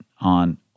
on